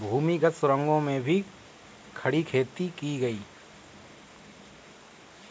भूमिगत सुरंगों में भी खड़ी खेती की गई